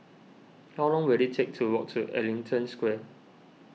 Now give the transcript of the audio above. how long will it take to walk to Ellington Square